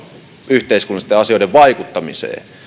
yhteiskunnallisiin asioihin vaikuttamiseen